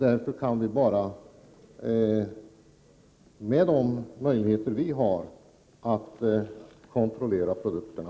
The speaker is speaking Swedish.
Därför kan vi bara utnyttja de möjligheter vi har att kontrollera produkterna.